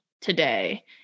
today